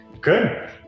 Good